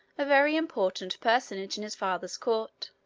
a very important personage in his father's court.